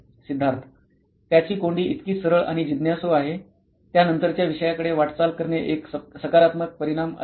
सिद्धार्थ त्याची कोंडी इतकी सरळ आणि जिज्ञासु आहे त्यानंतरच्या विषयाकडे वाटचाल करणे एक सकारात्मक परिणाम असेल